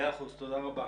תודה רבה.